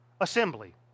Assembly